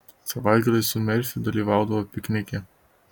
savaitgaliais su merfiu dalyvaudavo piknike